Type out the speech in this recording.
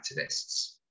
activists